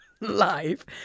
life